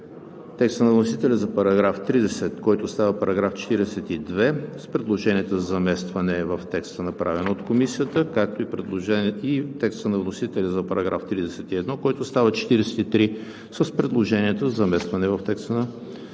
текста на вносителя за § 30, който става § 42 с предложенията за заместване в текста, направен от Комисията; текста на вносителя за § 31, който става § 43 с предложенията за заместване в текста, направени от Комисията.